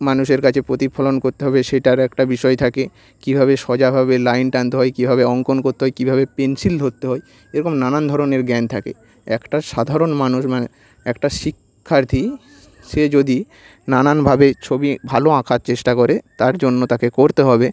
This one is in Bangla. মানুষের কাছে প্রতিফলন করতে হবে সেটার একটা বিষয় থাকে কীভাবে সোজাভাবে লাইন টানতে হয় কীভাবে অঙ্কন করতে হয় কীভাবে পেন্সিল ধরতে হয় এরকম নানান ধরনের জ্ঞান থাকে একটা সাধারণ মানুষ মানে একটা শিক্ষার্থী সে যদি নানানভাবে ছবি ভালো আঁকার চেষ্টা করে তার জন্য তাকে করতে হবে